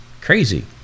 crazy